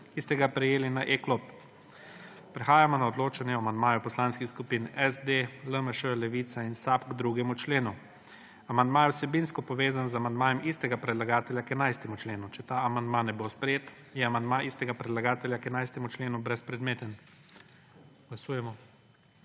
st ega prejeli na e-klop. Prehajamo na odločanje o amandmaju Poslanskih skupin SD, LMŠ, Levica in SAB k 2. členu. Amandma je vsebinsko povezan z amandmajem istega predlagatelja k 11. členu. Če ta amandma je bo sprejet, je amandma istega predlagatelja k 11. členu brezpredmeten. Glasujemo.